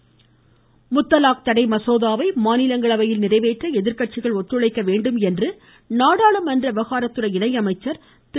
மெற்வால் முத்தலாக் தடை மசோதாவை மாநிலங்களவையில் நிறைவேற்ற எதிர்க்கட்சிகள் ஒத்துழைக்க வேண்டும் என்று நாடாளுமன்ற விவகாரத்துறை இணையமைச்சர் திரு